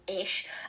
ish